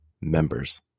members